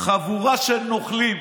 "חבורה של נוכלים,